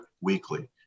weekly